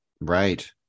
Right